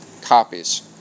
copies